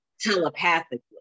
telepathically